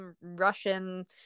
Russian